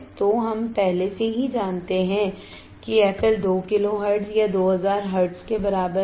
तो हम पहले से ही जानते हैं कि FL 2 किलो हर्ट्ज़ या 2000 हर्ट्ज़ के बराबर है